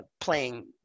playing